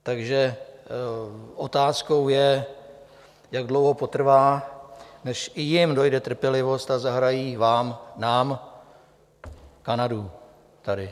Takže otázkou je, jak dlouho potrvá, než i jim dojde trpělivost a zahrají vám, nám Kanadu tady.